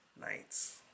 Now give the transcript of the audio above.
nights